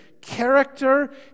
character